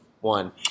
one